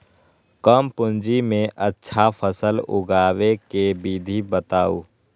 कम पूंजी में अच्छा फसल उगाबे के विधि बताउ?